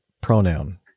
pronoun